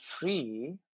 free